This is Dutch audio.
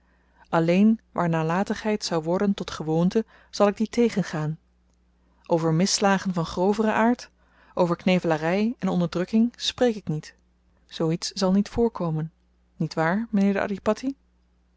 alleen waar nalatigheid zou worden tot gewoonte zal ik die tegengaan over misslagen van groveren aard over knevelary en onderdrukking spreek ik niet zoo iets zal niet voorkomen niet waar m'nheer de adhipatti